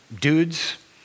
dudes